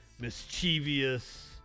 mischievous